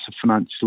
financial